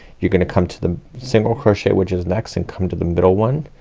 you're gonna come to the single crochet, which is next, and come to the middle one,